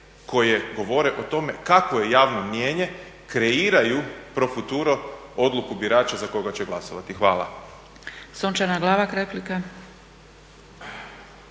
koje govore o tome kakvo je javno mnijenje kreiraju pro futuro odluku birača za koga će glasovati. Hvala.